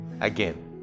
Again